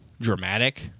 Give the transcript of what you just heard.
dramatic